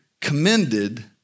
commended